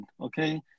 okay